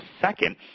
second